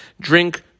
drink